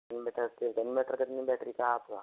inverter set inverter कितनी battery का है आपका